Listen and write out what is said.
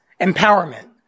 empowerment